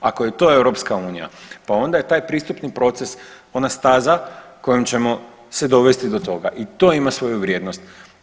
Ako je to EU pa onda je taj pristupni proces ona staza kojom ćemo se dovesti do toga i to ima svoju vrijednost.